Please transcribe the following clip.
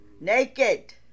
Naked